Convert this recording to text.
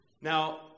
Now